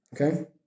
Okay